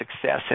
success